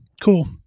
cool